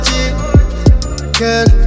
Girl